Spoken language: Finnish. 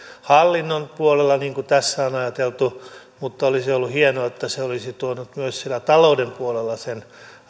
hallinnon puolella niin kuin tässä on ajateltu mutta olisi ollut hienoa ja tämä olisi ehkä voinut tuoda siihen sen tilanteen että se olisi tuonut myös talouden puolella sen